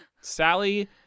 Sally